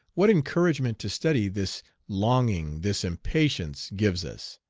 what encouragement to study this longing, this impatience gives us,